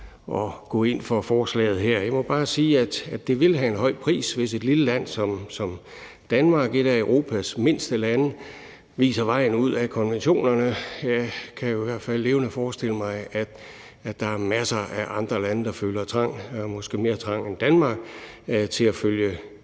Jeg må bare sige, at det vil have en høj pris, hvis et lille land som Danmark, et af Europas mindste lande, viser vejen ud af konventionerne. Jeg kan i hvert fald levende forestille mig, at der er masser af andre lande, der måske føler mere trang til at komme ud end